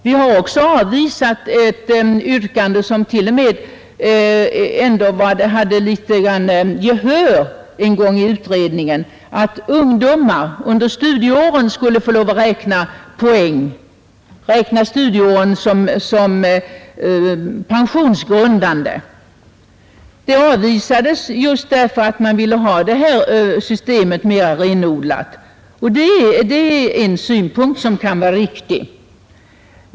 Vi har också avvisat ett yrkande som till och med ändå hade litet grand gehör i utredningen, nämligen att ungdomar under studietiden skall få lov att räkna poäng, alltså räkna studieåren som pensionsgrundande. Det avvisades just för att man ville ha detta system mera renodlat. Den synpunkten kan vara riktig.